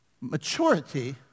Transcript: Maturity